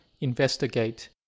investigate